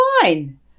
fine